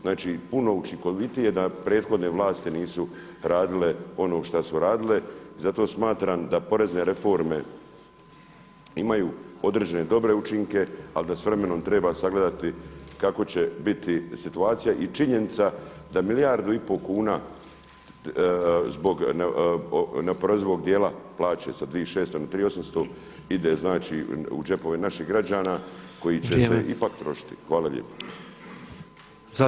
Znači, puno učinkovitije da prethodne vlasti nisu radile ono što su radile i zato smatram da porezne reforme imaju određene dobre učinke, ali da s vremenom treba sagledati kako će biti situacija i činjenica da milijardu i pol kuna zbog neoporezivog dijela plaće sa 2 i 600 na 3800 ide znači u džepove naših građana koji će se ipak trošiti [[Upadica predsjednik: Vrijeme.]] Hvala lijepa.